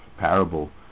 parable